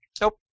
Nope